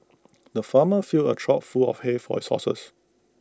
the farmer filled A trough full of hay for his horses